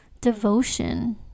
devotion